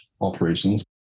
operations